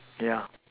yeah